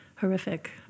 horrific